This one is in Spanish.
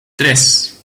tres